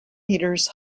metres